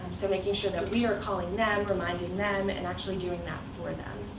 so making sure that we are calling them, reminding them, and actually doing that for them.